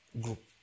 group